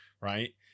right